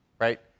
right